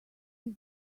his